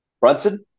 Brunson